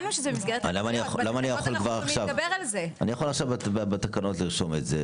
אני יכול לרשום את זה בתקנות כבר עכשיו,